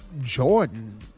Jordan